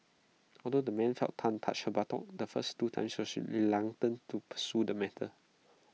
although the man felt Tan touch her buttock the first two she reluctant to pursue the matter